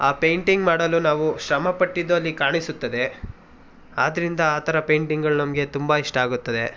ಆ ಪೇಂಟಿಂಗ್ ಮಾಡಲು ನಾವು ಶ್ರಮಪಟ್ಟಿದ್ದು ಅಲ್ಲಿ ಕಾಣಿಸುತ್ತದೆ ಆದ್ದರಿಂದ ಆ ಥರ ಪೇಂಟಿಂಗಳು ನಮಗೆ ತುಂಬ ಇಷ್ಟ ಆಗುತ್ತದೆ